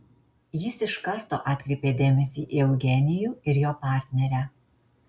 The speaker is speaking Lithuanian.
jis iš karto atkreipė dėmesį į eugenijų ir jo partnerę